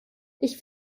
ich